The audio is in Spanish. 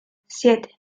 siete